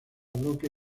bloque